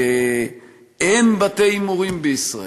"אין בתי-הימורים בישראל".